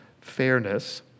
fairness